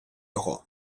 його